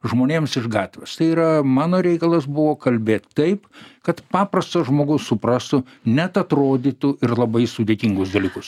žmonėms iš gatvės tai yra mano reikalas buvo kalbėt taip kad paprastas žmogus suprastų net atrodytų ir labai sudėtingus dalykus